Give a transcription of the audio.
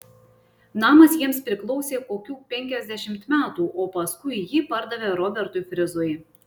namas jiems priklausė kokių penkiasdešimt metų o paskui jį pardavė robertui frizui